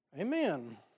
Amen